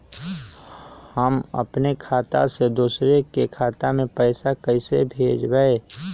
हम अपने खाता से दोसर के खाता में पैसा कइसे भेजबै?